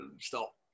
stop